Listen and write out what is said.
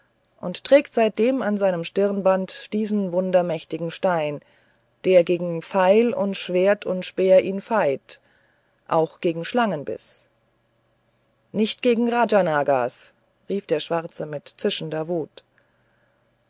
und trägt seitdem an seinem stirnband diesen wundermächtigen stein der gegen pfeil und schwert und speer ihn feit auch gegen schlangenbiß nicht gegen rajanagas rief der schwarze mit zischender wut